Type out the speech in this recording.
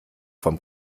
vom